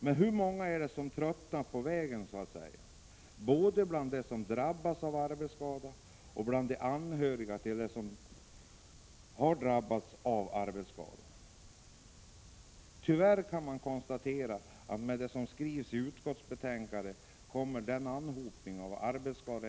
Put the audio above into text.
Men hur många är det som tröttnar på vägen — både bland dem som drabbas av arbetsskada och bland de anhöriga till dem som har drabbats av sådan skada? Tyvärr kan man konstatera att anhopningen av arbetsskadeärenden inte kommer att minska i och med det som skrivs i utskottsbetänkandet.